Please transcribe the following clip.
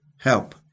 help